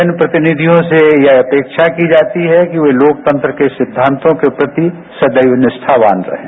जन प्रतिनिधियों से यह अपेक्षा की जाती है कि वे लोकतंत्र के सिद्धांतों के प्रति सदैव निष्ठावान रहें